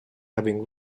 having